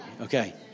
Okay